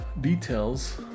details